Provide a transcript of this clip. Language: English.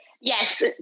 Yes